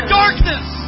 darkness